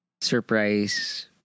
surprise